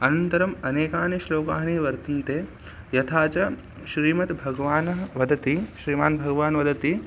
अनन्तरम् अनेकानि श्लोकानि वर्तन्ते यथा च श्रीमद्भगवानः वदति श्रीमान् भगवान् वदति